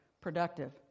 productive